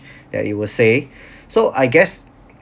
that you were say so I guess